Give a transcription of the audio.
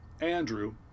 Andrew